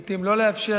לעתים לא לאפשר,